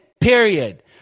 Period